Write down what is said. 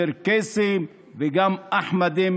צ'רקסים וגם אחמדים,